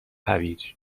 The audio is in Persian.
هویجی